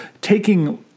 taking